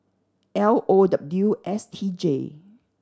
L O W S T J